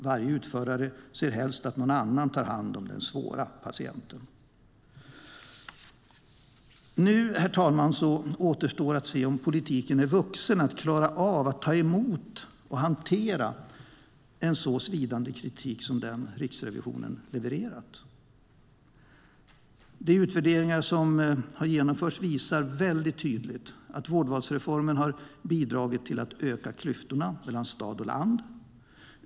Varje utförare ser helst att någon annan tar hand om den svåra patienten. Nu, herr talman, återstår att se om politiken är vuxen att klara av att ta emot och hantera en så svidande kritik som den Riksrevisionen levererat. De utvärderingar som har genomförts visar väldigt tydligt att vårdvalsreformen har bidragit till att öka klyftorna mellan stad och land.